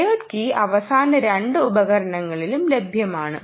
shared key അവസാന രണ്ട് ഉപകരണങ്ങളിലും ലഭ്യമാണ്